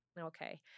Okay